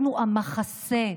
אנחנו המחסה,